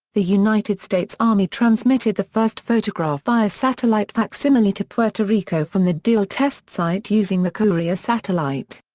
the united states army transmitted the first photograph via satellite facsimile to puerto rico from the deal test site using the courier satellite.